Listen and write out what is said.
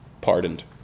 pardoned